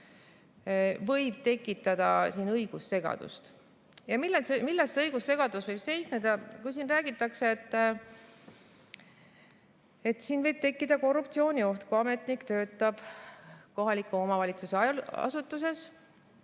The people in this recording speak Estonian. võib see tekitada siin õigussegadust. Milles see õigussegadus võib seisneda? Siin räägitakse, et võib tekkida korruptsioonioht, kui ametnik töötab kohaliku omavalitsuse asutuses